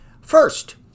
First